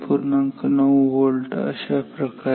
9 volt आणि अशाप्रकारे